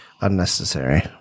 unnecessary